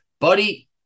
Buddy